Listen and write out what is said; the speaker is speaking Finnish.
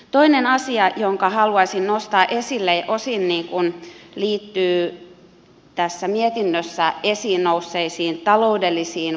toinen asia jonka haluaisin nostaa esille liittyy osin tässä mietinnössä esiin nousseisiin ta loudellisiin vastuisiin